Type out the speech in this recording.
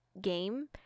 game